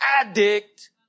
addict